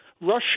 Russia